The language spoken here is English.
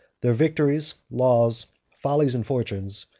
their victories, laws, follies, and fortunes,